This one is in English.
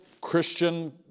Christian